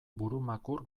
burumakur